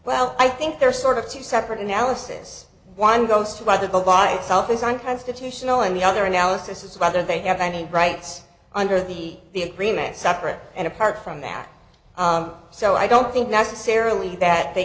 well i think there are sort of two separate analysis one goes to by the by itself is unconstitutional and the other analysis is whether they have any rights under the the agreement separate and apart from that so i don't think necessarily that they